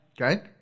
Okay